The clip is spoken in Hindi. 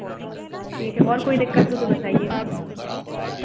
ठीक है और कोई दिक्कत हो तो बताइएगा